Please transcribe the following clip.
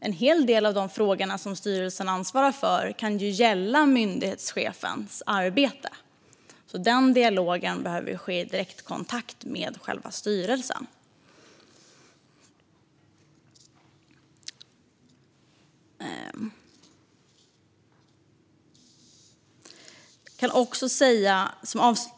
En hel del av de frågor som styrelsen ansvarar för kan ju gälla myndighetschefens arbete, så den dialogen behöver ske i direktkontakt med själva styrelsen.